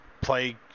play